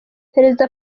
perezida